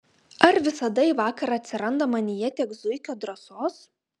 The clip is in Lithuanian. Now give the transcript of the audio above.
ar visada į vakarą atsiranda manyje tiek zuikio drąsos